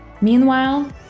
Meanwhile